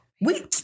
We-